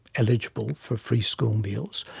eligible for free school meals,